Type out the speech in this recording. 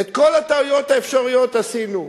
את כל הטעויות האפשריות עשינו.